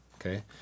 Okay